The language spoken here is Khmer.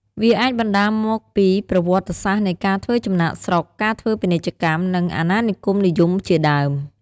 វាអាចបណ្តាលមកពីប្រវត្តិសាស្ត្រនៃការធ្វើចំណាកស្រុក ការធ្វើពាណិជ្ជកម្ម និងអាណានិគមនិយមជាដើម។